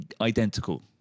identical